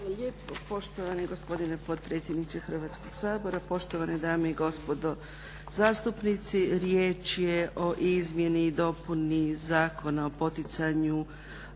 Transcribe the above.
poštovani gospodine potpredsjedniče Hrvatskog sabora. Poštovane dame i gospodo zastupnici. Riječ je o izmjeni i dopuni Zakona o postupanju